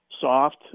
soft